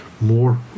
More